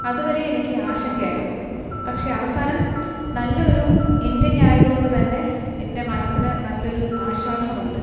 അത് വരെ എനിക്ക് ആശങ്കയായിരുന്നു പക്ഷെ അവസാനം നല്ലൊരു എൻഡിങ് ആയതുകൊണ്ട് തന്നെ എൻ്റെ മനസിന് നല്ലൊരു ആശ്വാസം ഉണ്ട്